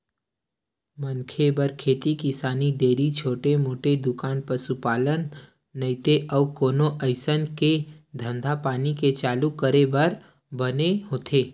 मनखे बर खेती किसानी, डेयरी, छोटे मोटे दुकान, पसुपालन नइते अउ कोनो अइसन के धंधापानी के चालू करे बर बने होथे